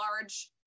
large